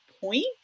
point